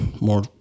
more